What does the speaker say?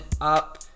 up